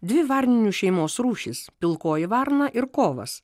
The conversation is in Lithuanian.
dvi varninių šeimos rūšys pilkoji varna ir kovas